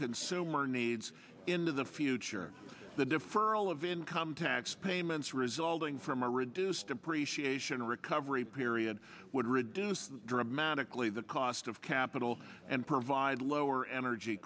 consumer needs into the future the deferral of income tax payments resulting from a reduced depreciation recovery period would reduce dramatically the cost of capital and provide lower energy